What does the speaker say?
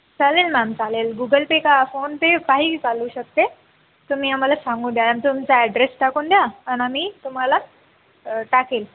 चालेल मॅम चालेल Google Pay का फोनपे काही चालू शकते तुम्ही आम्हाला सांगू द्याल आणि तुमचा ॲड्रेस टाकून द्या आणि आम्ही तुम्हाला टाकेल